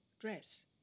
dress